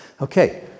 Okay